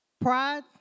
Pride